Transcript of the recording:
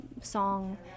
song